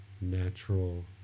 natural